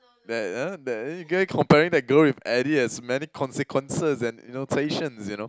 that uh that uh comparing the girl with Eddie has many consequences and uh you know annotations you know